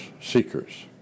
seekers